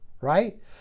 right